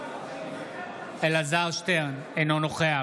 אינו נוכח